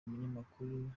umunyamakuru